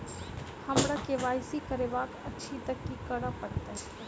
हमरा केँ Y C करेवाक अछि तऽ की करऽ पड़तै?